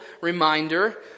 reminder